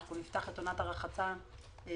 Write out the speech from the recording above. אנחנו נפתח את חופי הרחצה בזמן.